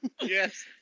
Yes